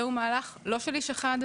זהו מהלך לא של איש אחד,